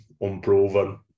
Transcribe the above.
unproven